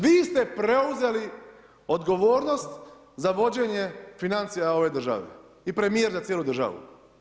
Vi ste preuzeli odgovornost za vođenje financija ove države i premijer za cijelu državu.